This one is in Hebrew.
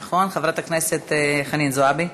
נכון, חברת הכנסת חנין זועבי.